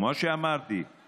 כמו שאמרתי,